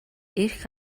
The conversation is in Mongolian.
эрх